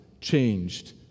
changed